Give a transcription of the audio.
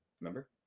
Remember